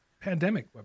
pandemic